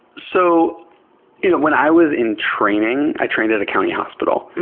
so you know when i was in training i trained at a county hospital,